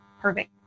perfect